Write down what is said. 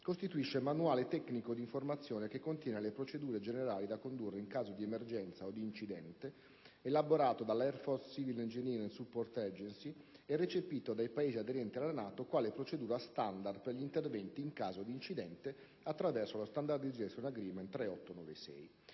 costituisce il manuale tecnico d'informazione contenente le procedure generali da condurre in caso di emergenza o di incidente, elaborato da *Air Force Civil Engineer Support Agency* (AFCESA) e recepito dai Paesi aderenti alla NATO quale procedura standard per gli interventi in caso d'incidente attraverso lo *Standardization Agreement*